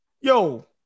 Yo